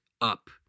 up